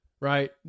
right